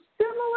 similar